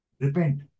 repent